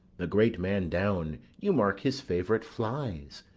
the great man down, you mark his favourite flies,